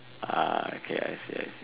uh okay I see I see